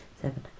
seven